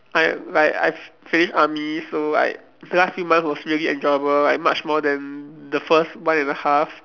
I have like I've finished army so like last few months was really enjoyable like much more than the first one and a half